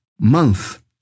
month